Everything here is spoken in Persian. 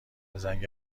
زنگ